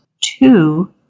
two